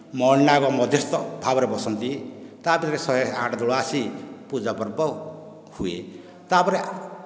ମଣିନାଗ ମଧ୍ୟସ୍ତ ଭାବରେ ବସନ୍ତି ତାପରେ ଶହେ ଆଠ ଦୋଳ ଆସି ପୂଜାପର୍ବ ହୁଏ ତା' ପରେ